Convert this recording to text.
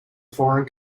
foreign